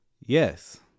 yes